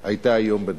היתה היום בדיון.